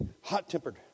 hot-tempered